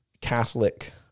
catholic